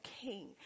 king